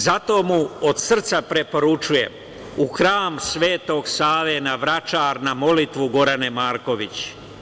Zato mu od srca preporučujem, u Hram Svetog Save na Vračar na molitvu, Gorane Marković.